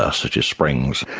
ah such as springs.